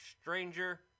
stranger